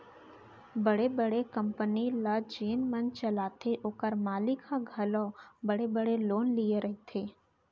बड़े बड़े कंपनी ल जेन मन चलाथें ओकर मालिक मन ह घलौ बड़े बड़े लोन लिये रथें